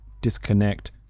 disconnect